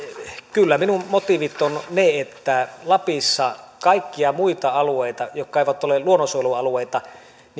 kyllä minun motiivini ovat ne että lapissa kaikkia niitä alueita jotka eivät ole luonnonsuojelualueita